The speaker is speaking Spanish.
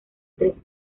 tres